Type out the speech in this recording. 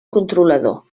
controlador